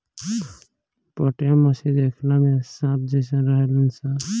पाटया मछली देखला में सांप जेइसन रहेली सन